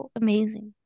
amazing